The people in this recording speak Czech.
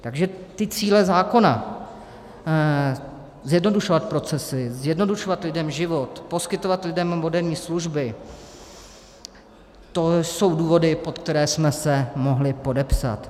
Takže ty cíle zákona, zjednodušovat procesy, zjednodušovat lidem život, poskytovat lidem moderní služby, to jsou důvody, pod které jsme se mohli podepsat.